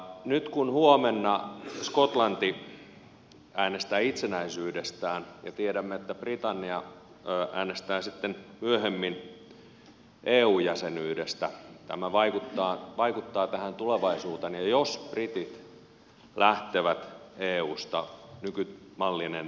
nyt kun huomenna skotlanti äänestää itsenäisyydestään ja tiedämme että britannia äänestää sitten myöhemmin eu jäsenyydestä tämä vaikuttaa tulevaisuuteen ja jos britit lähtevät eusta nykymallinen eu kaatuu